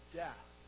death